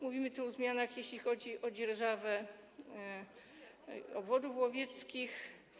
Mówimy tu o zmianach, jeśli chodzi o dzierżawę obwodów łowieckich.